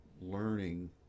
learning